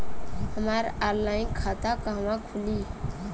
हमार ऑनलाइन खाता कहवा खुली?